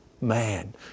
man